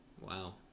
Wow